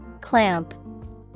Clamp